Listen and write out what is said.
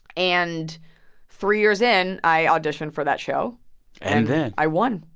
and three years in i auditioned for that show and then. i won.